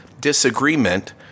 disagreement